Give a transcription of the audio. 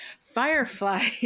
firefly